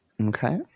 Okay